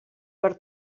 per